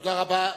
תודה רבה.